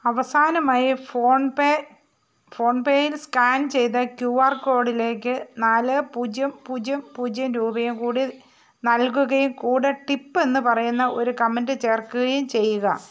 അവസാനമായി PhonePe ഫോൺ പേയിൽ സ്കാൻ ചെയ്ത ക്യു ആർ കോഡിലേക്ക് നാല് പൂജ്യം പൂജ്യം പൂജ്യം രൂപയും കൂടി നൽകുകയും കൂടെ ടിപ്പ് എന്നു പറയുന്ന ഒരു കമൻ്റ് ചേർക്കുകയും ചെയ്യുക